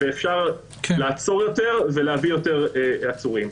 ואפשר לעצור יותר ולהביא יותר עצורים.